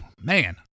man